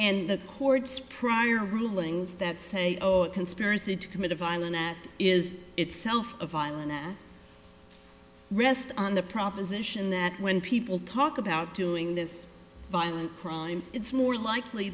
and the courts prior rulings that say oh a conspiracy to commit a violent act is itself a violin that rests on the proposition that when people talk about doing this violent crime it's more likely